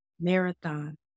marathon